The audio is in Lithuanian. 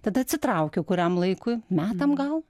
tada atsitraukiau kuriam laikui metam gal